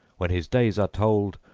when his days are told,